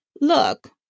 look